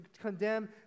condemn